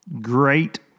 Great